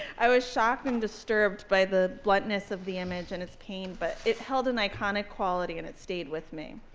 i was shocked and disturbed by the bluntness of the image and its pain. but it held an iconic quality, and it stayed with me.